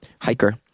hiker